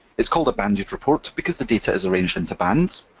it's called a banded report because the data is arranged into bands.